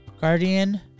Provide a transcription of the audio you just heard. Guardian